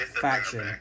faction